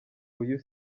uyu